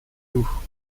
doubs